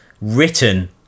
written